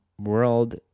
World